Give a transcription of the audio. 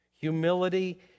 Humility